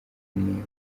kunengwa